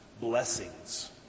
blessings